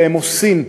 והם עושים,